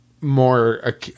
more